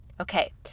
Okay